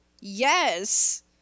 Yes